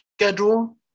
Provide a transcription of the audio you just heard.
schedule